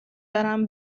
برم